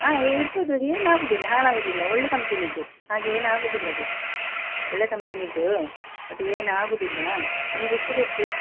ಹಾಂ ಇಡ್ಬೊದು ಅದು ಏನು ಆಗೋದಿಲ್ಲ ಹಾಳಾಗೋದಿಲ್ಲ ಒಳ್ಳೆ ಕಂಪನಿದು ಹಾಗೆ ಏನು ಆಗೋದಿಲ್ಲ ಅದು ಒಳ್ಳೆ ಕಂಪನಿದು ಅದು ಏನು ಆಗೋದಿಲ್ಲ ನಿಮಗೆ ಎಷ್ಟು ಬೇಕು